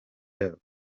yabo